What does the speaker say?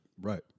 Right